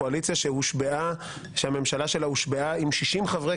קואליציה שהממשלה שלה הושבעה עם 60 חברי